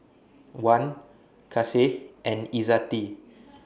Wan Kasih and Izzati